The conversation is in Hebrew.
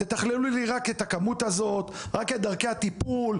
תתכללו לי רק את הכמות הזאת, רק את דרכי הטיפול.